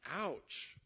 ouch